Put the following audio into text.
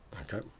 Okay